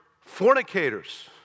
fornicators